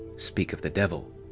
speak of the devil.